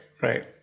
right